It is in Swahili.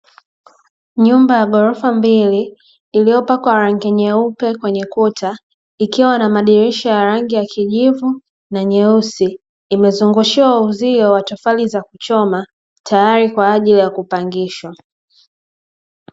Nyumba ya ghorofa mbili iliyo pakwa rangi nyeupe kwenye kuta, ikiwa na madirisha ya rangi ya kijivu na nyeusi, imezungushiwa uzio wa tofali za kuchoma tayari kwa ajili ya kupangishwa.